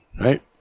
right